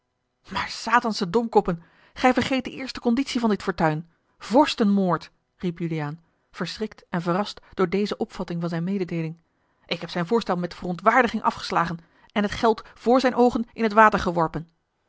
maar satansche domkoppen gij vergeet de eerste conditie van die fortuin vorstenmoord riep juliaan verschrikt en verrast door deze opvatting van zijne mededeeling ik heb zijn voorstel met verontwaardiging afgeslagen en het geld voor zijne ogen in het water geworpen